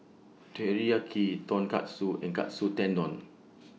Teriyaki Tonkatsu and Katsu Tendon